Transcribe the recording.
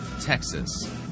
Texas